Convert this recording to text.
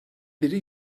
biri